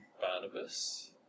Barnabas